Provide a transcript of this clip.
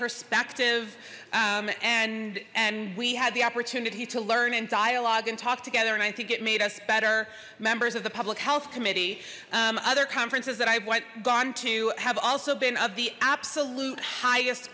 perspective and and we had the opportunity to learn and dialogue and talk together and i think it made us better members of the public health committee other conferences that i went gone to have also been of the absolute highest